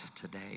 today